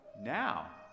now